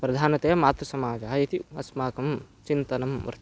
प्रधानतया मातृसमाजः इति अस्माकं चिन्तनं वर्तते